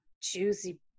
juicy